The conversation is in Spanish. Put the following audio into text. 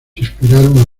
inspiraron